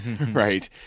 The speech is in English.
right